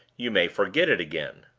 you may forget it again.